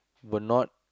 were not